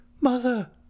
Mother